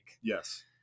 yes